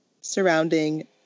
surrounding